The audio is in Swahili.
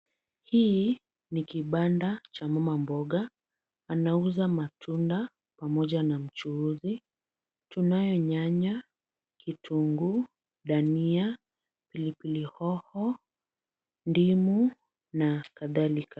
Hii ni kibanda cha mama mboga. Anauza matunda pamoja na mchuuzi. Tunayo nyanya, kitunguu, dhania, pilipili hoho, ndimu, na kadhalika.